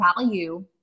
value